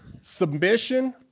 Submission